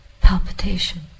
palpitation